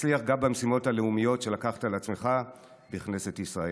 תצליח גם במשימות הלאומיות שלקחת על עצמך בכנסת ישראל.